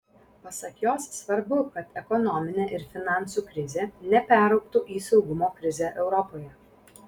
pasak jos svarbu kad ekonominė ir finansų krizė neperaugtų į saugumo krizę europoje